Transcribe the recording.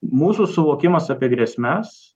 mūsų suvokimas apie grėsmes